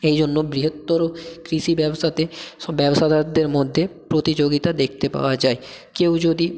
এই জন্য বৃহত্তর কৃষি ব্যবসাতে সব ব্যবসাদারদের মধ্যে প্রতিযোগিতা দেখতে পাওয়া যায় কেউ যদি